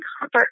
comfort